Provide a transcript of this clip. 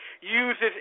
uses